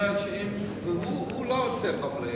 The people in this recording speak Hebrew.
הוא לא רוצה במליאה,